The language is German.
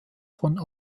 von